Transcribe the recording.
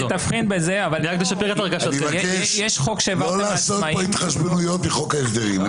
יש חוק שהעברתם לעצמאים --- לא לעשות פה התחשבנויות מחוק ההסדרים,